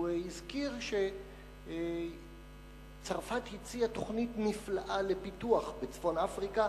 הוא הזכיר שצרפת הציעה תוכנית נפלאה לפיתוח בצפון-אפריקה